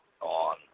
on